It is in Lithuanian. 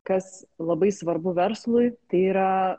kas labai svarbu verslui tai yra